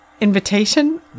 invitation